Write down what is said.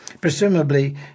Presumably